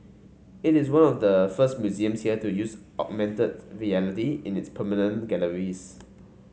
it is one of the first museums here to use augmented reality in its permanent galleries